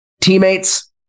teammates